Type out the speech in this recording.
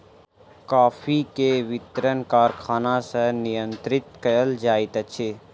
coffee के वितरण कारखाना सॅ नियंत्रित कयल जाइत अछि